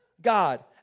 God